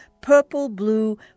purple-blue